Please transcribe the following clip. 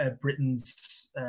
Britain's